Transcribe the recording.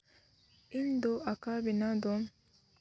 ᱤᱧᱫᱚ ᱟᱸᱠᱟ ᱵᱮᱱᱟᱣ ᱫᱚ